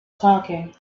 talking